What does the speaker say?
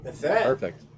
Perfect